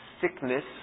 sickness